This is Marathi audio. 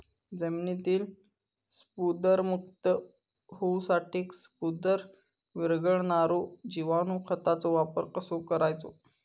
जमिनीतील स्फुदरमुक्त होऊसाठीक स्फुदर वीरघळनारो जिवाणू खताचो वापर कसो करायचो?